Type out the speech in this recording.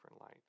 light